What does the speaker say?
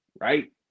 right